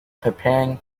preparing